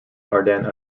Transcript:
ardennes